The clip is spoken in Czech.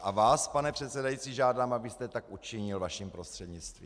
A vás, pane předsedající, žádám, abyste tak učinil vaším prostřednictvím.